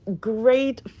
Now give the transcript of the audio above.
great